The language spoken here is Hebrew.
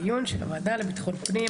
שלום רב, אני מתכבדת לפתוח את הישיבה.